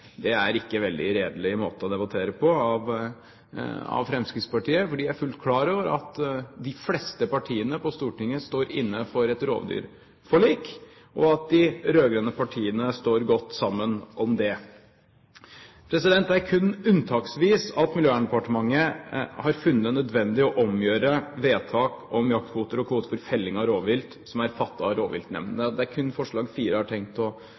Det er ikke en veldig redelig måte å debattere på av Fremskrittspartiet, hvor de er fullt klar over at de fleste partiene på Stortinget står inne for et rovdyrforlik, og at de rød-grønne partiene står godt sammen om det. Det er kun unntaksvis at Miljøverndepartementet har funnet det nødvendig å omgjøre vedtak om jaktkvoter og kvoter for felling av rovvilt som er fattet av rovviltnemndene. Det er kun forslag nr. 4 jeg har tenkt å